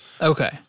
Okay